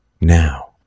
now